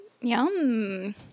Yum